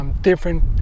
Different